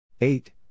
Eight